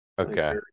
Okay